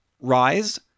Rise